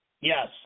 Yes